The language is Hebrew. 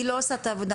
היא לא עושה את העבודה,